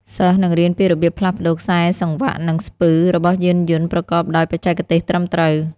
សិស្សនឹងរៀនពីរបៀបផ្លាស់ប្តូរខ្សែសង្វាក់ និងស្ពឺ របស់យានយន្តប្រកបដោយបច្ចេកទេសត្រឹមត្រូវ។